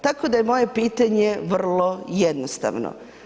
Tako da je moje pitanje vrlo jednostavno.